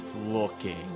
looking